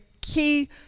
key